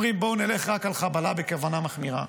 אומרים, בואו נלך רק על חבלה בכוונה מחמירה.